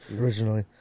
originally